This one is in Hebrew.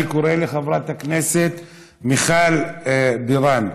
אני קורא לחברת הכנסת מיכל בירן.